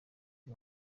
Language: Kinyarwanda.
uyu